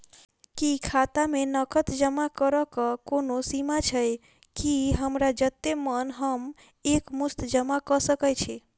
की खाता मे नगद जमा करऽ कऽ कोनो सीमा छई, की हमरा जत्ते मन हम एक मुस्त जमा कऽ सकय छी?